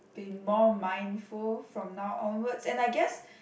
be more mindful from now onwards and I guess